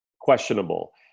questionable